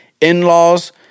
in-laws